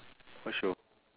what show